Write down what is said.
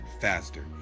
faster